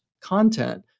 content